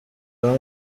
aho